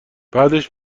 بعدش